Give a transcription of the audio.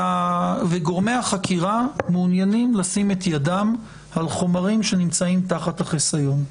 גורמי החקירה מעוניינים לשים את ידם על חומרים שנמצאים תחת חיסיון.